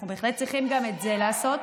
אנחנו בהחלט צריכים גם את זה לעשות,